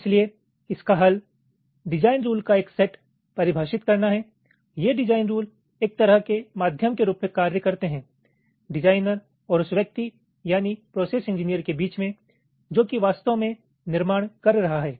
इसलिए इसका हल डिज़ाइन रुल का एक सेट परिभाषित करना है ये डिज़ाइन रुल एक तरह के माध्यम के रूप में कार्य करते है डिजाइनर और उस व्यक्ति यानि प्रोसेस इंजीनियर के बीच में जो कि वास्तव में निर्माण कर रहा है